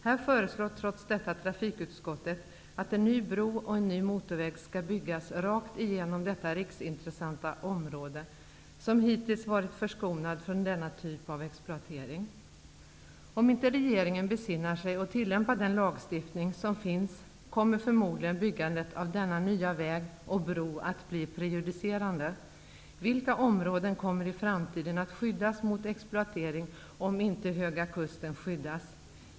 Här föreslår trots detta trafikutskottet att en ny bro och en ny motorväg skall byggas rakt igenom detta riksintressanta område, som hittills varit förskonat från denna typ av exploatering. Om inte regeringen besinnar sig och tillämpar den lagstiftning som finns, kommer förmodligen byggandet av denna nya väg och bro att bli prejudicerande. Vilka områden kommer i framtiden att skyddas mot exploatering om inte Höga kusten skyddas?